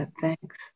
thanks